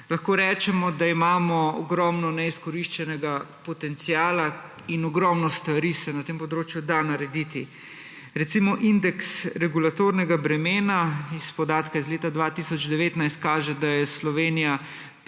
lahko rečemo, da imamo ogromno neizkoriščenega potenciala in ogromno stvari se na tem področju da narediti. Recimo, indeks regulatornega bremena iz podatka iz leta 2019 kaže, da je Slovenija